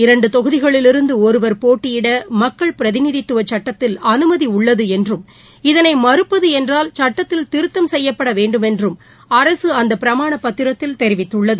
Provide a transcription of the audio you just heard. இரண்டுதொகுதிகளிலிருந்துஒருவர் போட்டியிடமக்கள் பிரதிநிதித்துவசட்டத்தில் ஒரேசமயத்தில் அனுமதிஉள்ளதுஎன்றும் இதனைமறுப்பதுஎன்றால் சுட்டத்தில் திருத்தம் செய்யப்படவேண்டும் என்றும் அரசுஅந்தபிரமானப் பத்திரத்தில் தெரிவித்துள்ளது